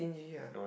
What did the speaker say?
stingy